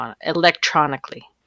electronically